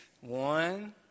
One